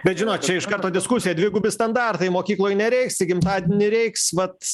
bet žinot čia iš karto diskusija dvigubi standartai mokykloj nereiks į gimtadienį reiks vat